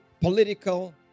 political